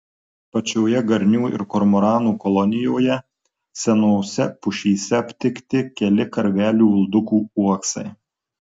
pačioje garnių ir kormoranų kolonijoje senose pušyse aptikti keli karvelių uldukų uoksai